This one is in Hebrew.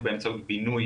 באלה יהיו עוד 413 מקומות.